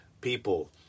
people